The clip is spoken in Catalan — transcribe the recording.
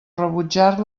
rebutjar